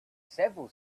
several